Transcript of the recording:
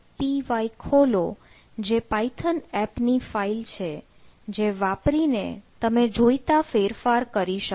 py ખોલો જે Python app ની ફાઇલ છે જે વાપરીને તમે જોઇતા ફેરફાર કરી શકો